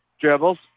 Dribbles